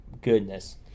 goodness